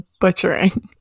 butchering